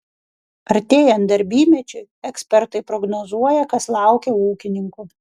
artėjant darbymečiui ekspertai prognozuoja kas laukia ūkininkų